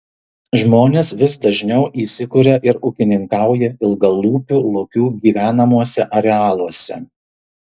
žmonės vis dažniau įsikuria ir ūkininkauja ilgalūpių lokių gyvenamuose arealuose